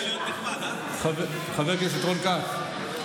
חבר הכנסת רון כץ,